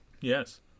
Yes